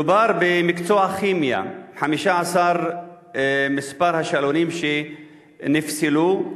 מדובר במקצוע הכימיה, מספר השאלונים שנפסלו,